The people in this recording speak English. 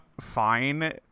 fine